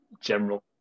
general